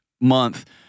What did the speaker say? month